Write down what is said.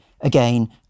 again